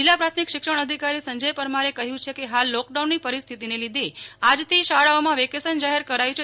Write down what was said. જિલ્લા પ્રાથમિક શિક્ષણાધિકારી સંજય પરમારે કહ્યું છે કે હાલ લોકડાઉનની પરિસ્થિતિને લીધે આજથી શાળાઓમાં વેકેશન જાહેર કરાયું છે